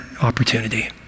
opportunity